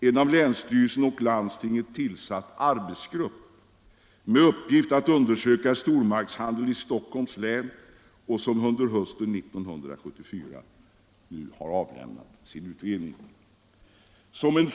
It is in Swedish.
En av länsstyrelsen och landstinget tillsatt arbetsgrupp har haft i uppgift att undersöka stormarknadshandeln i Stockholms län och har under hösten 1974 avlämnat sitt betänkande.